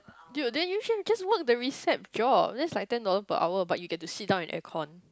dude then you should just work the receipt job that is like ten dollar per hour but you can to sit down in air-con